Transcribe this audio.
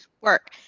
work